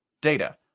data